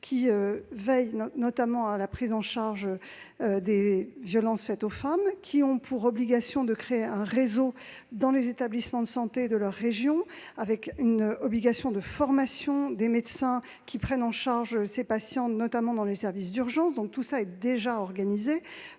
chargés notamment de la prise en charge des violences faites aux femmes. Ils devront mettre en place un réseau dans les établissements de santé de leur région, avec obligation de formation des médecins qui prennent en charge ces patients, notamment dans les services d'urgence. Tout cela est déjà organisé.